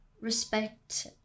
respect